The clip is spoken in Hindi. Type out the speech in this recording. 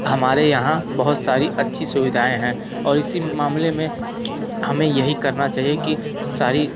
हमारे यहाँ बहुत सारी अच्छी सुविधाएं हैं और इसी मामले में हमें यही करना चाहिए कि सारी